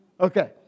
Okay